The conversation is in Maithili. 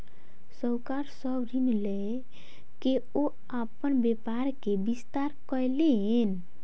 साहूकार सॅ ऋण लय के ओ अपन व्यापार के विस्तार कयलैन